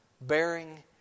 bearing